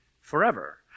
forever